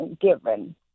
given